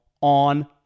on